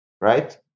right